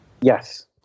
Yes